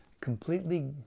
completely